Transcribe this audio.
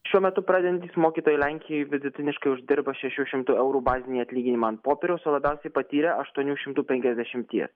šiuo metu pradedantys mokytojai lenkijoj vidutiniškai uždirba šešių šimtų eurų bazinį atlyginimą ant popieriaus o labiausiai patyrę aštuonių šimtų penkiasdešimties